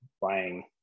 buying